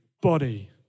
body